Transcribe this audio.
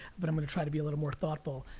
but i'm gonna try to be a little more thoughtful.